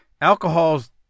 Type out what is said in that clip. alcohol's